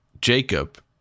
jacob